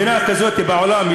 מדינה כזאת בעולם,